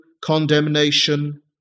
condemnation